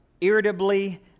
irritably